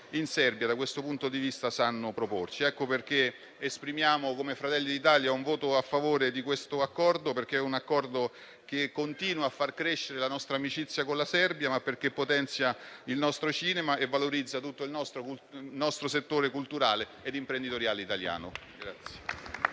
in Serbia, da questo punto di vista, sanno proporci. Ecco perché esprimiamo, come Fratelli d'Italia, un voto a favore di questo aAcordo, che continua a far crescere la nostra amicizia con la Serbia, potenzia il nostro cinema e valorizza tutto il settore culturale ed imprenditoriale italiano.